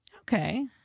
okay